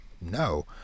No